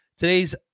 Today's